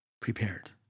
prepared